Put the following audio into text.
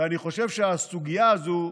ואני חושב שהסוגיה הזו,